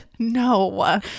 No